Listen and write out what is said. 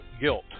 guilt